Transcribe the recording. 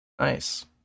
Nice